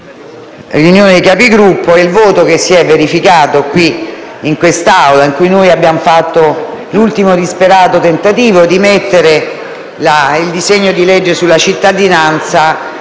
Conferenza dei Capigruppo e il voto che si è verificato qui, in quest'Aula, in cui noi abbiamo fatto l'ultimo disperato tentativo di inserire il disegno di legge sulla cittadinanza